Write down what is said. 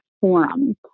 forum